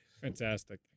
Fantastic